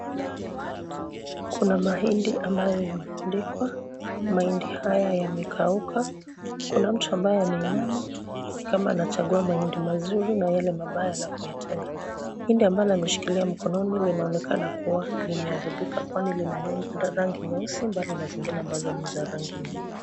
Kuna mahindi ambayo yameanikwa mahindi haya yamekauka. Kuna mtu ambaye ameinama nikama anachagua mahindi mazuri na yale mabaya kuyatenga. Hindi ambalo ameshikilia mkononi linaonekana kuwà limeharibika kwani lina rangi nyeusi mbali na zingine ambazo ni nyeupe.